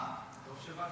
אדוני היושב-ראש,